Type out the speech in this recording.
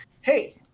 hey